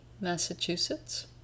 Massachusetts